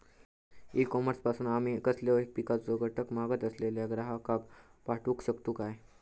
E commerce पासून आमी कसलोय पिकाचो घटक मागत असलेल्या ग्राहकाक पाठउक शकतू काय?